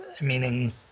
meaning